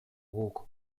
guk